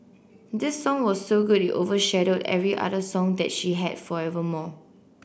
this song was so good it overshadowed every other song that she had forevermore